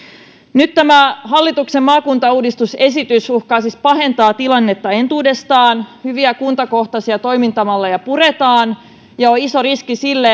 nyt tämä hallituksen maakuntauudistusesitys uhkaa siis pahentaa tilannetta entuudestaan hyviä kuntakohtaisia toimintamalleja puretaan ja on iso riski sille